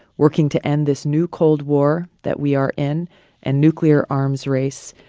working to end this new cold war that we are in and nuclear arms race,